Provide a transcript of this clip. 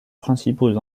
principaux